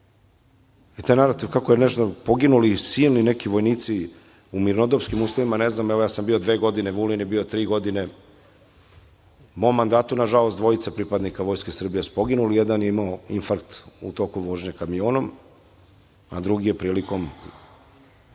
taj narativ kako je poginuli sin ili neki vojnici u mirnodopskim uslovima, ne znam ja sam bio dve godine, Vulin tri godine, u mom mandatu na žalost dva pripadnika vojske Srbije su poginuli. Jedan je imao infarkt u toku vožnje kamionom, a drugi je prilikom